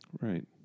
Right